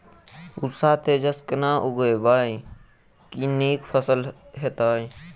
पूसा तेजस केना उगैबे की नीक फसल हेतइ?